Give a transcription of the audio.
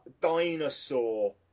dinosaur